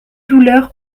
douleur